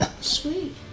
Sweet